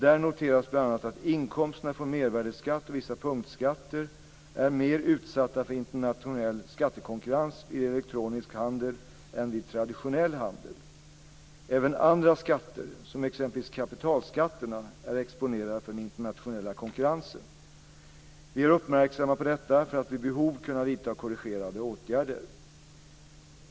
Där noterades bl.a. att inkomsterna från mervärdesskatt och vissa punktskatter är mer utsatta för internationell skattekonkurrens vid elektronisk handel än vid traditionell handel. Även andra skatter, som exempelvis kapitalskatterna, är exponerade för den internationella konkurrensen. Vi är uppmärksamma på detta för att vid behov kunna vidta korrigerande åtgärder.